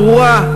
הברורה,